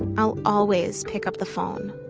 i'll always pick up the phone